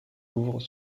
s’ouvrent